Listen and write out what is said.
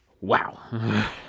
Wow